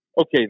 okay